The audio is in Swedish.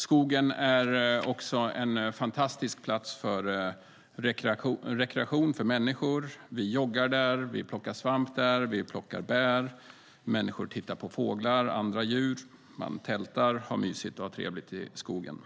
Skogen är också en fantastisk plats för rekreation för människor. Vi joggar, plockar svamp och bär, tittar på fåglar och andra djur, tältar och har mysigt och trevligt i skogen.